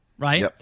right